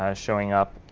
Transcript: showing up.